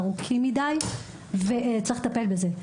ארוכים מידי וצריך לטפל בזה.